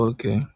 Okay